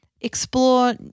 explore